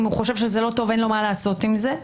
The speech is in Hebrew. אם הוא חושב שזה לא טוב אין לו מה לעשות עם זה.